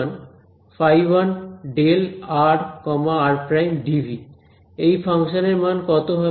এই ফাংশনের মান কত হবে